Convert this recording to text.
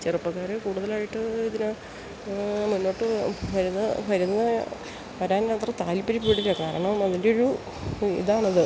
ചെറുപ്പക്കാര് കൂടുതലായി ഇതിന് മുന്നോട്ട് വരുന്ന വരുന്നതായ വരാനത്ര താൽപ്പര്യപ്പെടില്ല കാരണം അതിൻ്റൊരു ഇതാണത്